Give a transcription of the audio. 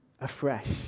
afresh